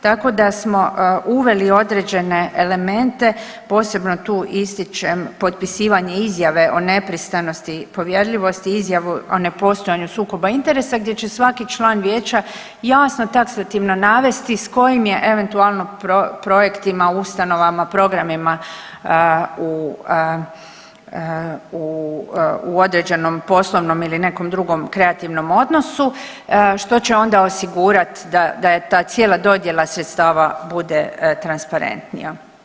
Tako da smo uveli određene elemente, posebno tu ističem potpisivanje izjave o nepristranosti i povjerljivosti, izjavu o nepostojanju sukoba interesa gdje će svaki član vijeća jasno taksativno navesti s kojim je eventualno projektima, ustanovama, programima u određenom poslovnom ili nekom drugom kreativnom odnosu što će onda osigurati da je ta cijela dodjela sredstava bude transparentnija.